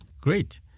Great